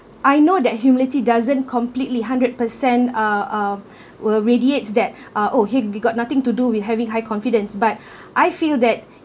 I know that humility doesn't completely hundred percent uh uh will radiates that uh oh he got nothing to do with having high confidence but I feel that